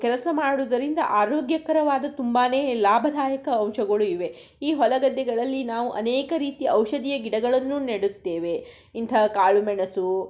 ಕೆಲಸ ಮಾಡೋದರಿಂದ ಆರೋಗ್ಯಕರವಾದ ತುಂಬಾ ಲಾಭದಾಯಕ ಅಂಶಗಳು ಇವೆ ಈ ಹೊಲ ಗದ್ದೆಗಳಲ್ಲಿ ನಾವು ಅನೇಕ ರೀತಿಯ ಔಷಧೀಯ ಗಿಡಗಳನ್ನೂ ನೆಡುತ್ತೇವೆ ಇಂತಹ ಕಾಳುಮೆಣಸು